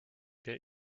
der